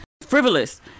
Frivolous